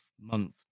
month